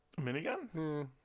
Minigun